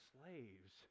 slaves